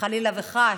חלילה וחס,